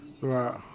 Right